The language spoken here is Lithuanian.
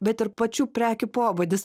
bet ir pačių prekių pobūdis